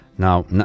Now